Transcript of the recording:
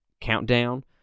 countdown